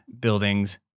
buildings